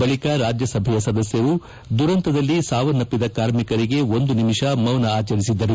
ಬಳಿಕ ರಾಜ್ಯಸಭೆಯ ಸದಸ್ಯರು ದುರಂತದಲ್ಲಿ ಸಾವನ್ನಪ್ಪಿದ ಕಾರ್ಮಿಕರಿಗೆ ಒಂದು ನಿಮಿಷ ಮೌನ ಅಚರಿಸಿದರು